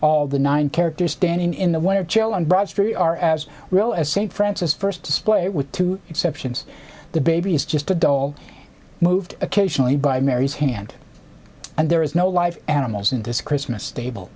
all the nine characters standing in the one of jail on broad street are as real as st francis first display with two exceptions the baby is just a doll moved occasionally by mary's hand and there is no live animals in this christmas table